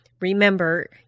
remember